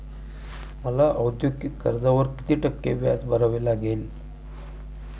मला औद्योगिक कर्जावर किती टक्के व्याज भरावे लागेल?